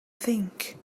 think